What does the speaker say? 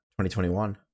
2021